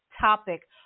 topic